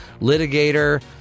litigator